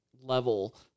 level